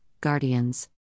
guardians